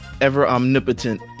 ever-omnipotent